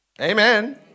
Amen